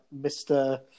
Mr